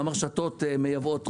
גם הרשתות מייבאות.